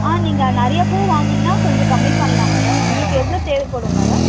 ஆ நீங்கள் நிறைய பூ வாங்குனீங்கன்னா கொஞ்சம் கம்மி பண்ணலாம் மேடம் உங்களுக்கு எவ்வளோ தேவைப்படும் மேடம்